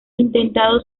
intentado